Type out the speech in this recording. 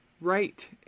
Right